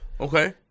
Okay